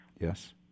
Yes